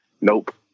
nope